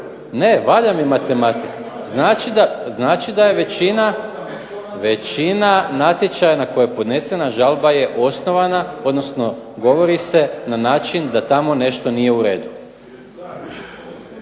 Ne valja mi matematika. Znači da je većina natječaja na koje je podnesena žalba je osnovana, odnosno govori se na način da tamo nešto nije uredu.